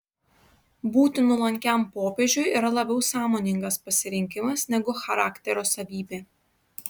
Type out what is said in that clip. būti nuolankiam popiežiui yra labiau sąmoningas pasirinkimas negu charakterio savybė